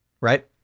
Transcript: Right